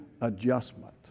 adjustment